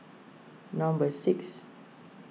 number six